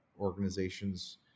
organizations